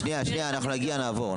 שנייה, שנייה, אנחנו נגיע ונעבור.